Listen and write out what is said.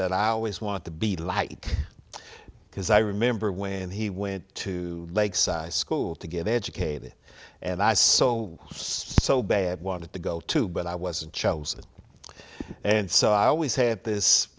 that i always want to be light because i remember when he went to lakeside school to get educated and i so so bad wanted to go to but i wasn't chosen and so i always had this